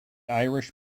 irish